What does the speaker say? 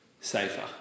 safer